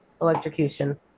electrocution